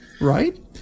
Right